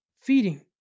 Feeding